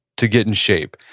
to get in shape.